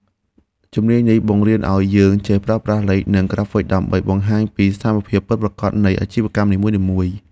ជំនាញនេះបង្រៀនឱ្យយើងចេះប្រើប្រាស់លេខ និងក្រាហ្វិកដើម្បីបង្ហាញពីស្ថានភាពពិតប្រាកដនៃអាជីវកម្មនីមួយៗ។